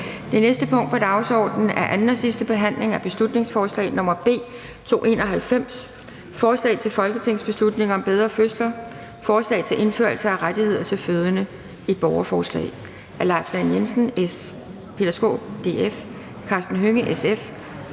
Det næste punkt på dagsordenen er: 54) 2. (sidste) behandling af beslutningsforslag nr. B 291: Forslag til folketingsbeslutning om bedre fødsler – forslag om indførelse af rettigheder til fødende (borgerforslag). Af Leif Lahn Jensen (S), Peter Skaarup (DF), Karsten Hønge (SF),